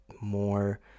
more